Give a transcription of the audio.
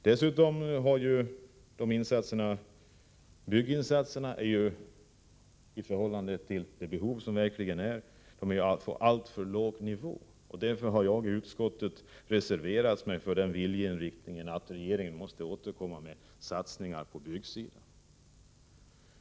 Bygginsatserna ligger vidare på en alltför låg nivå i förhållande till de verkliga behoven. Därför har jag i utskottet reserverat mig för den viljeinriktningen att regeringen måste återkomma med satsningar på byggsidan.